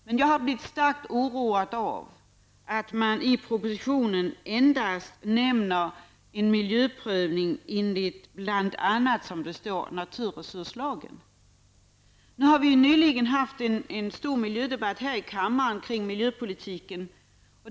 Men jag har blivit starkt oroad av att man i propositionen endast nämner en miljöprövning enligt, som det står, naturresurslagen. Vi har nyligen haft en stor debatt här i kammaren om miljöpolitiken.